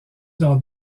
dans